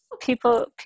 People